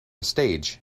stage